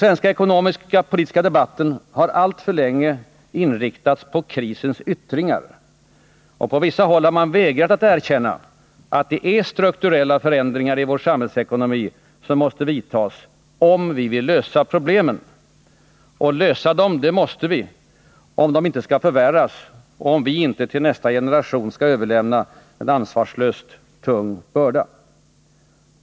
Vår ekonomisk-politiska debatt har alltför länge inriktats på krisens yttringar. På vissa håll har man vägrat att erkänna, att det är strukturella förändringar i vår samhällsekonomi som måste vidtagas, om vi vill lösa problemen. Och lösa dem måste vi, om de inte skall förvärras och om vi inte till nästa generation skall överlämna en ansvarslöst tung börda.